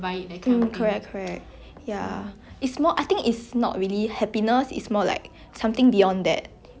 cause if you are constantly worrying about money like oh 我今天可不可以买这个我今天可不可以吃饭可不可以